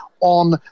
on